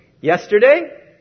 Yesterday